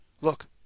Look